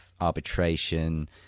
arbitration